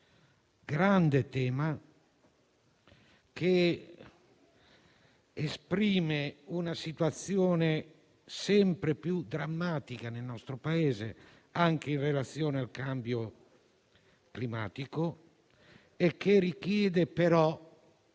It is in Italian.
grande tema che esprime una situazione sempre più drammatica nel nostro Paese, anche in relazione al cambio climatico, che richiede una